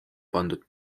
pandud